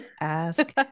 ask